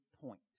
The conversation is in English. point